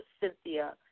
Cynthia